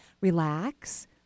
relax